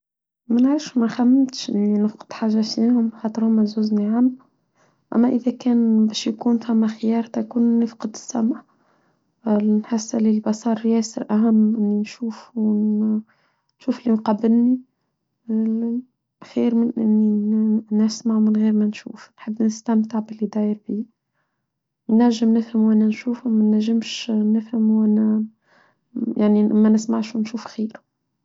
ما نعرفش ما خمتش أني نفقد حاجة فيهم بحضرهم أزوز نعم أما إذا كان باش يكون تام خيار تكون نفقد السمع لنحس لي البصر ياسر أعم أني نشوف ونشوف لي مقابلني خير من أني نسمع من غير ما نشوف نحب نستمتع باللي داير بي ننجم نفهم ونشوف ومن نجمش نفهم ون... يعني ما نسمعش ونشوف خير.